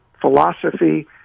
philosophy